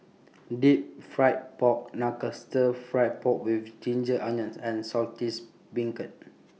Deep Fried Pork Knuckle Stir Fry Pork with Ginger Onions and Saltish Beancurd